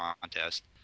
contest